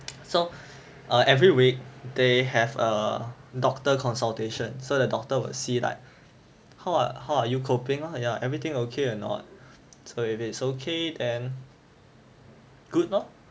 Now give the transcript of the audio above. so err every week they have a doctor consultation so the doctor will see like how are how are you coping lor ya everything okay or not so if it's okay then good lor